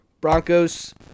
Broncos